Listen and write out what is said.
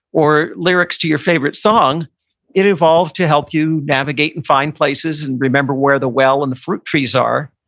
or lyrics to your favorite song it evolved to help you navigate and find places and remember where the well and the fruit trees are.